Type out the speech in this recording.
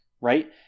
Right